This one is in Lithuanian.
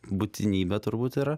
būtinybė turbūt yra